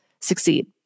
succeed